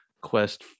Quest